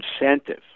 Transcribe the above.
incentive